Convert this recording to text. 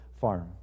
farm